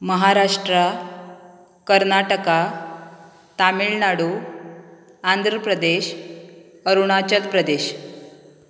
Maharashtra Karnataka Tamil Nadu Andhra Pradesh Arunachal Pradesh